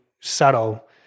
subtle